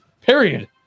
Period